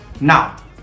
Now